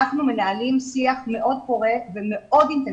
אנחנו מנהלים שיח מאוד פורה ומאוד אינטנסיבי,